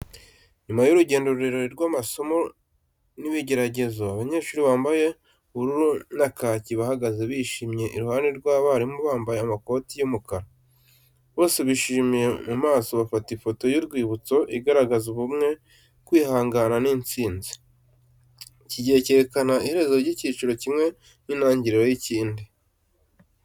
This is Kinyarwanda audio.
Nyuma y’urugendo rurerure rw’amasomo n’ibigeragezo, abanyeshuri bambaye ubururu na kaki bahagaze bishimye iruhande rw’abarimu bambaye amakoti y’umukara. Bose bishimye mu maso, bafata ifoto y’urwibutso igaragaza ubumwe, kwihangana n’intsinzi. Iki gihe kirerekana iherezo ry’icyiciro kimwe n’intangiriro ry’ikindi.